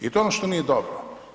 I to je ono što nije dobro.